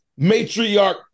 matriarch